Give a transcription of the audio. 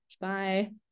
Bye